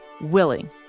willing